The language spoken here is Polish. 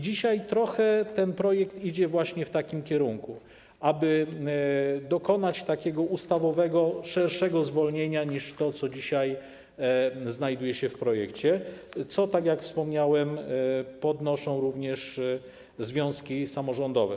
Dzisiaj ten projekt idzie trochę właśnie w takim kierunku, aby dokonać takiego ustawowego szerszego zwolnienia niż to, co dzisiaj znajduje się w projekcie, co tak jak wspominałem, podnoszą również związki samorządowe.